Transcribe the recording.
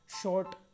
short